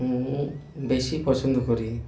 বেশি পছন্দ করি